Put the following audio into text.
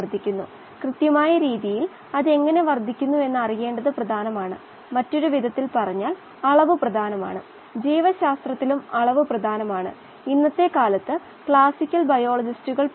media ഘടകങ്ങൾ അടങ്ങിയ ബഫറുകൾ പിഎച്ച് നിയന്ത്രണത്തിന് ഉപയോഗിക്കാൻ കഴിയില്ല എന്നും നമ്മൾ പറഞ്ഞിട്ടുണ്ട് ഇത്തരം മീഡിയയുടെ ഉയർന്ന അയോണിക ശക്തി കാരണം കോശങ്ങൾ വളരുന്നില്ല